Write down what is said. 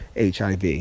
HIV